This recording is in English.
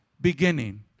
beginning